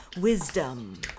Wisdom